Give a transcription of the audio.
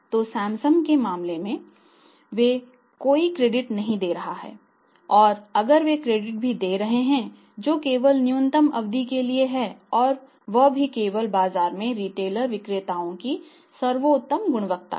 तो सैमसंग के मामले में वे कोई क्रेडिट नहीं दे रहे हैं और अगर वे क्रेडिट भी दे रहे हैं जो केवल न्यूनतम अवधि के लिए है और वह भी केवल बाजार में रिटेलर विक्रेताओं की सर्वोत्तम गुणवत्ता के लिए